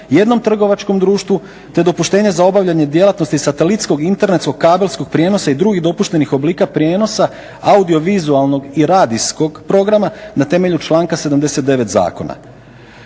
jednom trgovačkom društvu te dopuštenje za obavljanje djelatnosti satelitskog i internetskog i kabelskog prijenosa i drugih dopuštenih oblika prijenosa, audiovizualnog i radijskog programa na temelju članka 79. Zakona